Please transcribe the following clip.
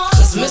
Cause